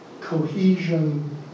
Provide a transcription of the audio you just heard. cohesion